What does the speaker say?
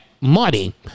money